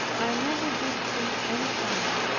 i never did him any harm,